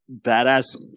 badass